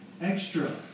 extra